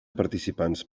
participants